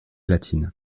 latine